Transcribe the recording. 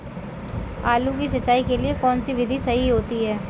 आलू की सिंचाई के लिए कौन सी विधि सही होती है?